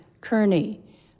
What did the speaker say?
Kearney